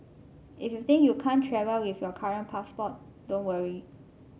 if you think you can't travel with your current passport don't worry